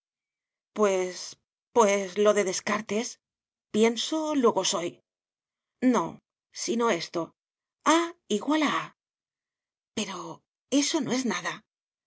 pues pues lo de descartes pienso luego soy no sino esto a a pero eso no es nada